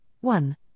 One